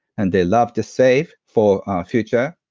and they love to save for a future,